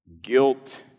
guilt